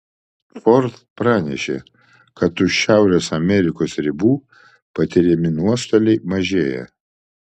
ford pranešė kad už šiaurės amerikos ribų patiriami nuostoliai mažėja